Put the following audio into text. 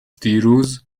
دیروز